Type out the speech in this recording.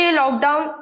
lockdown